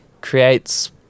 creates